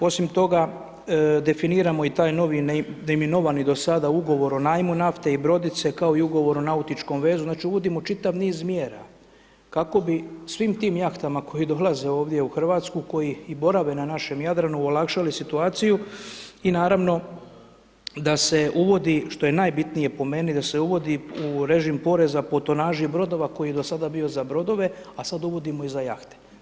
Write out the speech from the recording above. Osim toga, definirano i taj novi neimenovani do sada ugovor o najmu nafte i brodice, kao i ugovor o nautičkom vezu, znači uvodimo čitav niz mjera kako bi svim tim jahtama koje dolaze ovdje u Hrvatsku, koji i borave na našem Jadranu, olakšali situaciju i naravno, da se uvodi, što je najbitnije po meni, da se uvodi u režim poreza, po tonaži brodova koji je do sada bio za brodove, a sada uvodimo i za jahte.